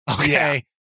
Okay